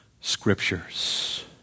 Scriptures